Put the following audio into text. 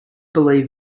believe